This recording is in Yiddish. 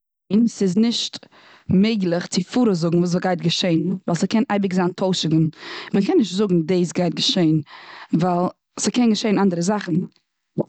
ניין, ס'איז נישט מעגליך צו פאראויס זאגן וואס גייט געשען ווייל ס'קען אייביג זיין טוישונגען. מ'קען נישט זאגן דאס גייט געשען, ווייל ס'קען געשען אנדערע זאכן.